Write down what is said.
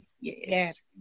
yes